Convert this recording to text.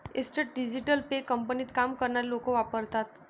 instant digital pay कंपनीत काम करणारे लोक वापरतात